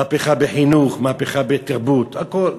מהפכה בחינוך, מהפכה בתרבות, הכול.